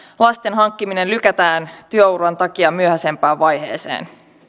lasten hankkiminen lykätään työuran takia myöhäisempään vaiheeseen